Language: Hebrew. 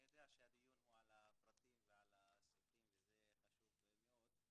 אני יודע שהדיון פה הוא על הפרטים ועל הסעיפים וזה חשוב מאוד,